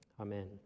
Amen